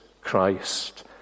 Christ